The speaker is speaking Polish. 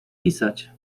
pisiać